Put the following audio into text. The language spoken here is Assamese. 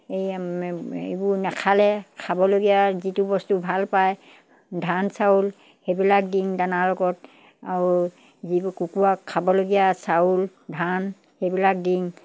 এই এইবোৰ নেখালে খাবলগীয়া যিটো বস্তু ভাল পায় ধান চাউল সেইবিলাক দিং দানাৰ লগত আৰু যিবোৰ কুকৰাৰ খাবলগীয়া চাউল ধান সেইবিলাক দিং